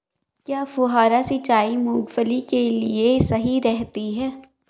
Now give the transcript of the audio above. क्या फुहारा सिंचाई मूंगफली के लिए सही रहती है?